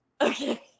Okay